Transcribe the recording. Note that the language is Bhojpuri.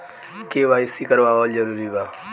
के.वाइ.सी करवावल जरूरी बा?